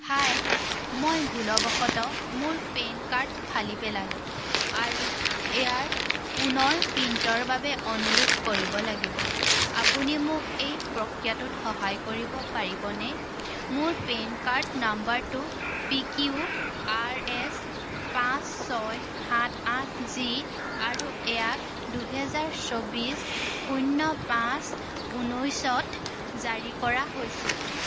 হাই মই ভুলবশতঃ মোৰ পেন কাৰ্ড ফালি পেলালোঁ আৰু ইয়াৰ পুনৰ প্ৰিণ্টৰ বাবে অনুৰোধ কৰিব লাগিব আপুনি মোক এই প্ৰক্ৰিয়াটোত সহায় কৰিব পাৰিবনে মোৰ পেন কাৰ্ড নম্বৰটো পি কিউ আৰ এছ পাঁচ ছয় সাত আঠ জি আৰু ইয়াক দুহেজাৰ চৌব্বিচ শূন্য পাঁচ ঊনৈছত জাৰি কৰা হৈছিল